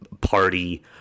party